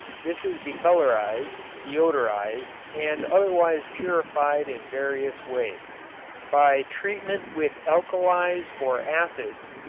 this is decolorized, deodorized and otherwise purified in various ways by treatment with alkalies or acids,